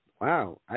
Wow